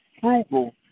frugal